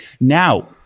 Now